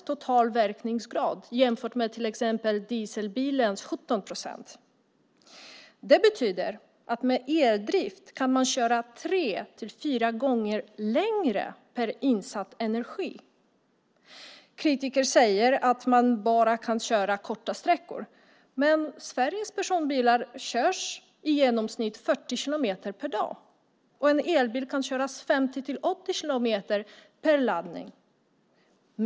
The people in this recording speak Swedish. Detta ska jämföras med till exempel dieselbilens 17 procent. Det betyder att man med eldrift kan köra tre fyra gånger längre per insatt energi. Kritiker säger att man bara kan köra korta sträckor. Sveriges personbilar körs i genomsnitt 40 kilometer per dag, och med dagens teknik kan en elbil köras 50-80 kilometer per laddning.